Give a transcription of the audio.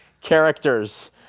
characters